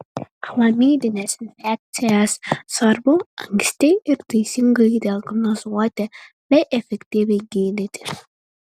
chlamidines infekcijas svarbu anksti ir teisingai diagnozuoti bei efektyviai gydyti